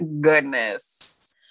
goodness